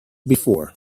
before